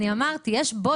אני אמרתי יש בוט,